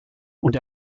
und